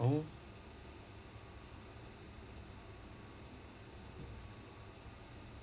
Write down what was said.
oh